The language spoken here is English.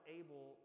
able